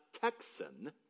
Texan